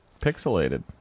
pixelated